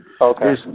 Okay